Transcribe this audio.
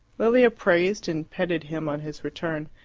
lilia praised and petted him on his return,